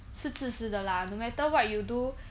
是自私的 lah no matter what you do